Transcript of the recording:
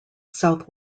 south